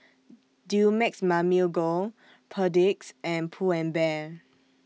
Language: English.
Dumex Mamil Gold Perdix and Pull and Bear